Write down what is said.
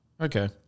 Okay